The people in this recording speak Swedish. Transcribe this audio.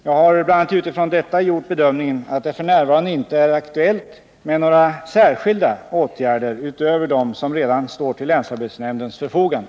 Jag har bl.a. utifrån detta gjort bedömningen att det f. n. inte är aktuellt med några särskilda åtgärder utöver dem som redan står till länsarbetsnämndens förfogande.